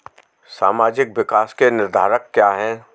सामाजिक विकास के निर्धारक क्या है?